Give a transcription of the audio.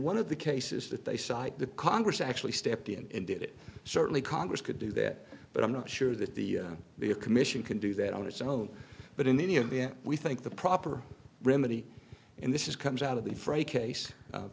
one of the cases that they cite that congress actually stepped in and did it certainly congress could do that but i'm not sure that the be a commission can do that on its own but in any of it we think the proper remedy in this is comes out of the fry case